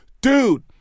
Dude